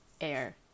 air